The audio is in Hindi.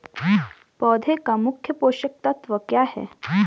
पौधें का मुख्य पोषक तत्व क्या है?